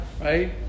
right